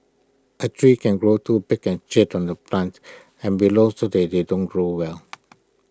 A tree can grow too big and shade out the plants and below so they they don't grow well